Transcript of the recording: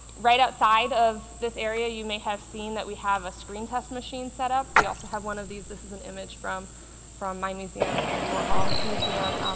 right outside of this area you may have seen that we have a screen test machine set up. we also have one of these this is an image from from my museum the andy warhol museum.